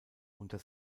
unter